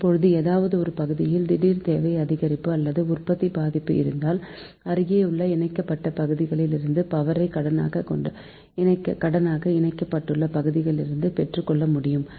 இப்போது ஏதாவது ஒரு பகுதியில் திடீர் தேவை அதிகரிப்பு அல்லது உற்பத்தி பாதிப்பு என்றால் அருகேயுள்ள இணைக்கப்பட்ட பகுதிகளில் இருந்து பவரை கடனாக இணைக்கப்பட்டுள்ள பகுதிகளில் இருந்து பெற்றுக்கொள்ள முடியும்